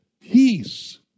Peace